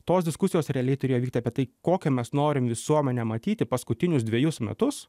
tos diskusijos realiai turėjo vykti apie tai kokią mes norim visuomenę matyti paskutinius dvejus metus